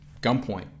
gunpoint